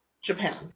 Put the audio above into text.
Japan